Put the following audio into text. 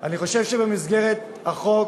אני חושב שבמסגרת החוק,